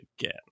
again